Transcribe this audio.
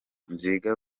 nziga